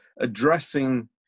addressing